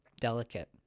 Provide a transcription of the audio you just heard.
delicate